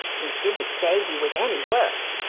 you didn't say he was any worse.